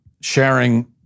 sharing